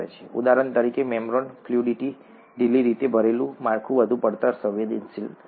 ઉદાહરણ તરીકે membrane fluidity ઢીલી રીતે ભરેલું માળખું વધુ પડતર સંવેદનશીલ હશે